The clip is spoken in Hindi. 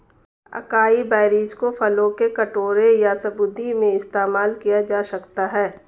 अकाई बेरीज को फलों के कटोरे या स्मूदी में इस्तेमाल किया जा सकता है